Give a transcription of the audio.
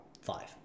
Five